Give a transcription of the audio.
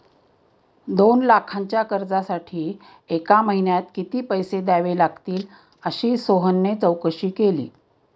दोन लाखांच्या कर्जासाठी एका महिन्यात किती पैसे द्यावे लागतील अशी चौकशी सोहनने केली